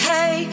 Hey